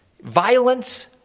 Violence